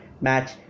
match